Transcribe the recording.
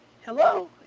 hello